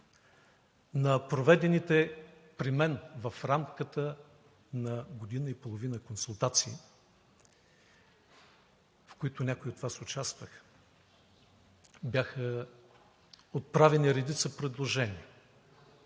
На проведените при мен в рамките на година и половина консултации, в които някои от Вас участваха, бяха отправени редица предложения,